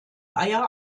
eier